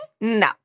No